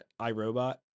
iRobot